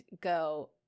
go